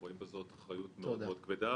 אנחנו רואים בזאת אחריות מאוד מאוד כבדה.